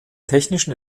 technischen